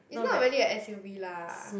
it's not really a s_u_v lah